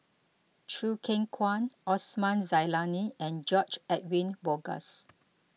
Choo Keng Kwang Osman Zailani and George Edwin Bogaars